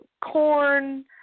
corn